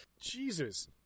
jesus